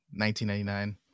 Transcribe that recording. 1999